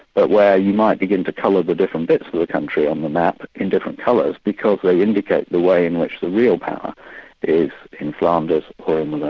but where you might begin to colour the different bits of the country on the map in different colours, because they indicate the way in which the real power is in flanders or um and